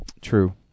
True